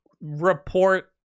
report